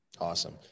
Awesome